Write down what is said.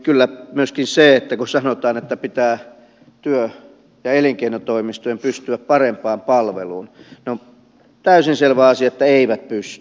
kyllä myöskin on niin että kun sanotaan että työ ja elinkeinotoimistojen pitää pystyä parempaan palveluun niin on täysin selvä asia että eivät pysty